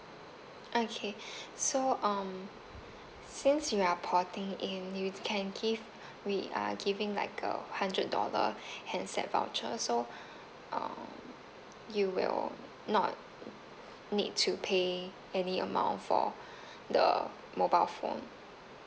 okay so um since you are porting in we can give we are giving like a hundred dollar handset voucher so um you will not need to pay any amount for the mobile phone